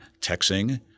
texting